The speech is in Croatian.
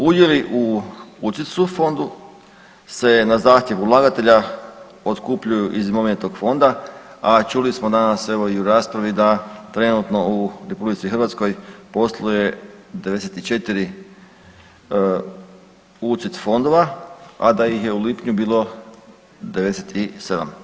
Udjeli u UCITS-u fondu se na zahtjev ulagatelja otkupljuju iz imovine tog fonda, a čuli smo danas evo i u raspravi da trenutno u RH posluje 94 UCITS fondova, a da ih je u lipnju bilo 97.